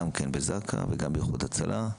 גם בזק"א וגם באיחוד הצלה.